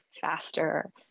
faster